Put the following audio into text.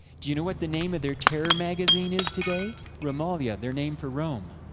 do you know what the name of their terror magazine is, today? romalia, their name for rome.